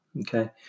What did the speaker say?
okay